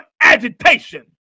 agitation